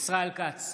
ישראל כץ,